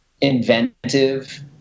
inventive